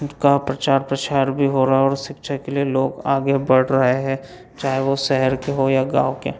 का प्रचार प्रसार भी हो रहा है और शिक्षा के लिए लोग आगे बढ़ रहे हैं चाहे वह शहर के हो या गाँव के